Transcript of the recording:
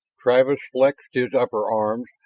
travis flexed his upper arms,